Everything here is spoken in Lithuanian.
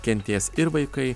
kentės ir vaikai